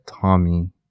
Tommy